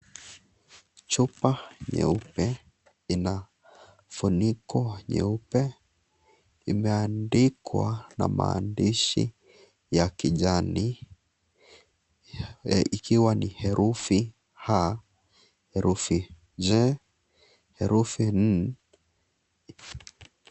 Chupa nyeupe ina funiko nyeupe imeandikwa na maandishi ya kijani ikiwa ni herufi A,J na N.